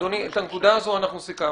אדוני, את הנקודה הזו סיכמנו,